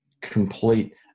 complete